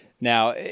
now